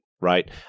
right